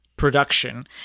production